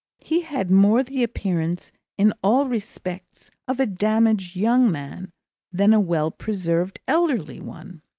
he had more the appearance in all respects of a damaged young man than a well-preserved elderly one.